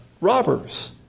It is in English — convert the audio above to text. robbers